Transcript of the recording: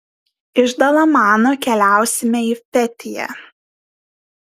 iš dalamano keliausime į fetiją